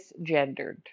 misgendered